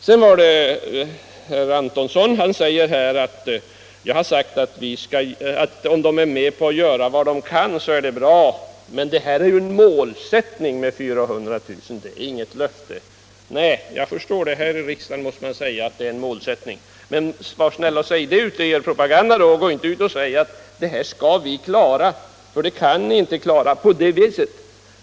Herr Antonsson talar om att jag har sagt, att om centern är med på att göra vad man kan så är det bra. Men, tillägger han, 400 000 nya jobb är ju en målsättning, det är inget löfte. Nej, jag förstår det. Här i riksdagen måste ni säga att det är en målsättning - men var snälla och säg det ute i er propaganda också. Påstå inte att det här skall ni klara, för det kan ni inte klara på ert vis.